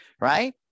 right